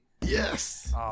Yes